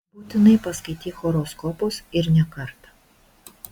būtinai paskaityk horoskopus ir ne kartą